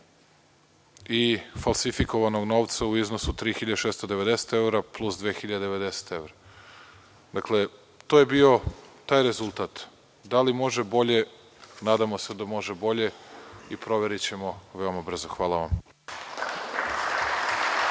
i falsifikovanog novca u iznosu od 3.690 evra, plus 2.090 evra. Dakle, to je bio taj rezultat. Da li može bolje? Nadamo se da može bolje i proverićemo veoma brzo. Hvala vam.